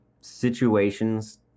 situations